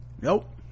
nope